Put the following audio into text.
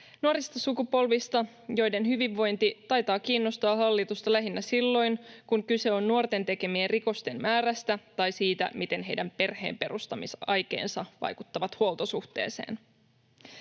nuorista sukupolvista, joiden hyvinvointi taitaa kiinnostaa hallitusta lähinnä silloin, kun kyse on nuorten tekemien rikosten määrästä tai siitä, miten heidän perheenperustamisaikeensa vaikuttavat huoltosuhteeseen.